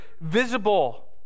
visible